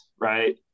right